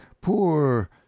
poor